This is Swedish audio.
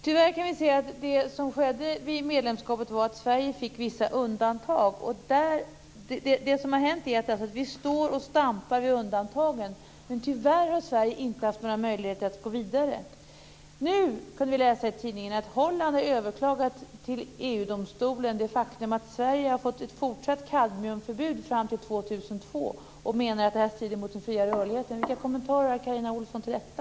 Tyvärr kan vi se att det som skedde vid medlemskapet var att Sverige fick vissa undantag. Det som har hänt är att vi står och stampar vid undantagen. Tyvärr har Sverige inte haft några möjligheter att gå vidare. Nu kan vi läsa i tidningen att Holland har överklagat till EU-domstolen det faktum att Sverige har fått ett fortsatt kadmiumförbud fram till 2002, och menar att det strider mot den fria rörligheten. Vilka kommentarer har Carina Ohlsson till detta?